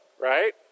right